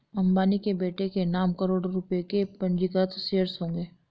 अंबानी के बेटे के नाम करोड़ों रुपए के पंजीकृत शेयर्स होंगे